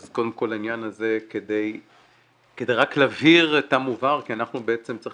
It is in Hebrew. אז קודם כל העניין הזה כדי רק להבהיר את המובהר כי צריך